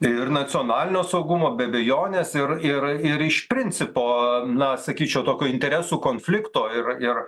ir nacionalinio saugumo be abejonės ir ir ir iš principo na sakyčiau tokio interesų konflikto ir ir